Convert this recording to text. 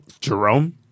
Jerome